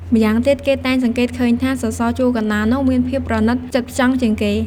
ម៉្យាងទៀតគេតែងសង្កេតឃើញថា សសរជួរកណ្តាលនោះមានភាពប្រណិតផ្ចិតផ្ចង់ជាងគេ។